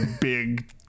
big